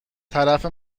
طرف